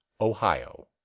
Ohio